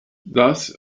thus